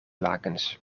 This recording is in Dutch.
lakens